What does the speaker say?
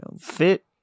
fit